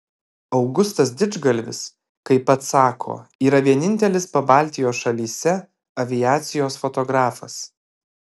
augustas didžgalvis kaip pats sako yra vienintelis pabaltijo šalyse aviacijos fotografas